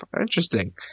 interesting